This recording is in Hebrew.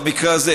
במקרה הזה,